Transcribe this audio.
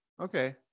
okay